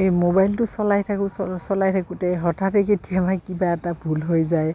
এই মোবাইলটো চলাই থাকোঁ চলাই থাকোঁতে হঠাতে কেতিয়াবা কিবা এটা ভুল হৈ যায়